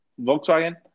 volkswagen